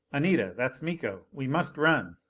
anita, that's miko! we must run!